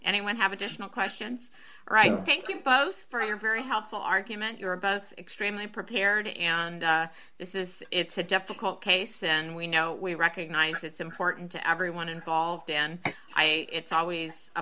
anyone have additional questions right thank you both you're very helpful argument you're both extremely prepared this is it's a difficult case and we know we recognize it's important to everyone involved in i it's always a